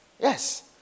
Yes